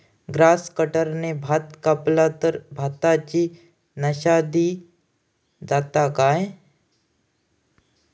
Grass कटराने भात कपला तर भाताची नाशादी जाता काय?